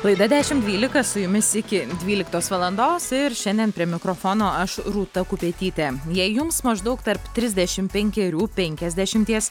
laida dešim dvylika su jumis iki dvyliktos valandos ir šiandien prie mikrofono aš rūta kupetytė jei jums maždaug tarp trisdešim penkerių penkiasdešimties